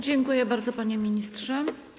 Dziękuję bardzo, panie ministrze.